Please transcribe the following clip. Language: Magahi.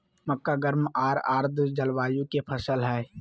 मक्का गर्म आर आर्द जलवायु के फसल हइ